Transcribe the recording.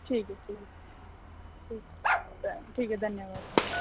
ठीक ऐ ठीक ऐ ठीक ऐ ठीक ऐ धन्यवाद